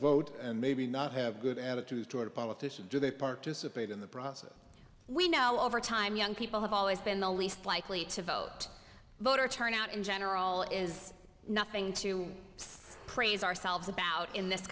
vote and maybe not have a good attitude toward politician do they participate in the process we know over time young people have always been the least likely to vote voter turn out in general is nothing to praise ourselves about in this